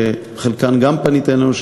שלגבי חלקן גם פנית אלינו,